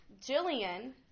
Jillian